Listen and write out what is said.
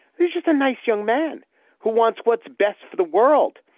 there's just a nice young man who wants what's best for the world.